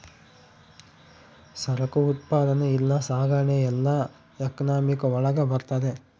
ಸರಕು ಉತ್ಪಾದನೆ ಇಲ್ಲ ಸಾಗಣೆ ಎಲ್ಲ ಎಕನಾಮಿಕ್ ಒಳಗ ಬರ್ತದೆ